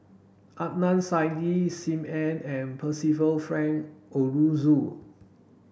Adnan Saidi Sim Ann and Percival Frank Aroozoo